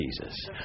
Jesus